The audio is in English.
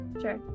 Sure